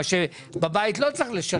מה שבבית לא צריך לשלם.